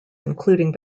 including